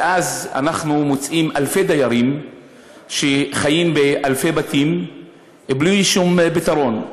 ואז אנחנו מוצאים אלפי דיירים שחיים באלפי בתים בלי שום פתרון,